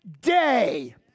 day